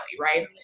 right